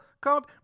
called